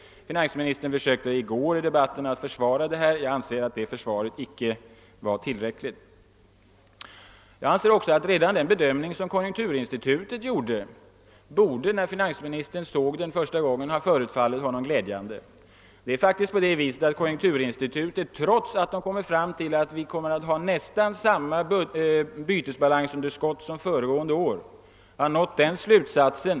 Finansministern försökte i debatten i går att försvara uppräkningen, men jag anser inte att detta försvar är tillräckligt. Jag anser också att redan den bedömning som konjunkturinstitutet gjorde borde ha förefallit honom glädjande. Trots att konjunkturinstitutet konstaterat att vi kommer att ha nästan samma bytesbalansunderskott som föregående år ligger där bakom vissa optimistiska antaganden.